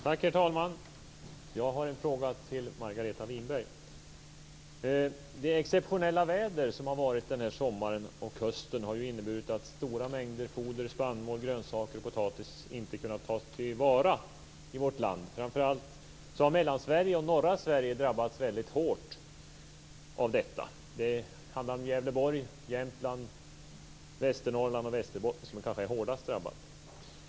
Tack, herr talman! Jag har en fråga till Margareta Det exceptionella väder som varit den här sommaren och hösten har ju inneburit att stora mängder foder, spannmål, grönsaker och potatis inte kunnat tas till vara i vårt land. Framför allt har Mellansverige och norra Sverige drabbats väldigt hårt. Det handlar om Gävleborg, Jämtland, Västernorrland och Västerbotten som kanske är hårdast drabbade.